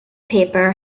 paper